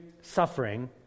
suffering